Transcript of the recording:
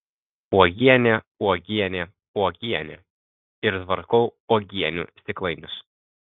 uogienė uogienė uogienė ir tvarkau uogienių stiklainius